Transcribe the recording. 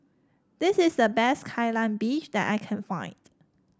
this is the best Kai Lan Beef that I can find